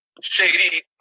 shady